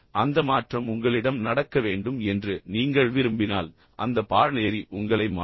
அந்த மாற்றம் உங்களிடம் நடக்க வேண்டும் என்று நீங்கள் விரும்பினால் அந்த பாடநெறி உங்களை மாற்றும்